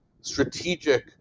strategic